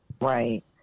Right